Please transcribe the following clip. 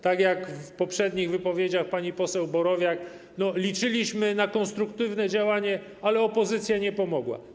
Tak jak w poprzednich wypowiedziach pani poseł Borowiak: liczyliśmy na konstruktywne działanie, ale opozycja nie pomogła.